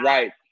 Right